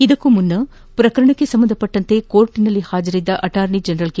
ಇದಕ್ಕೂ ಮುನ್ನ ಪ್ರಕರಣಕ್ಕೆ ಸಂಬಂಧಿಸಿದಂತೆ ನ್ಯಾಯಲಯದಲ್ಲಿ ಹಾಜರಿದ್ದ ಅರ್ಟಾರ್ನಿ ಜನರಲ್ ಕೆ